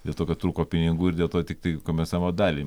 dėl to kad trūko pinigų ir dėl to tiktai kompensavo dalį